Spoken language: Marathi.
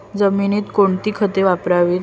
जमिनीत कोणती खते वापरावीत?